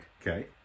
okay